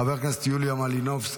חברת הכנסת יוליה מלינובסקי,